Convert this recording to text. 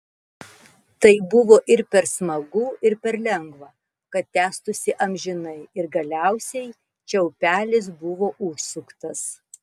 tai buvo ir per smagu ir per lengva kad tęstųsi amžinai ir galiausiai čiaupelis buvo užsuktas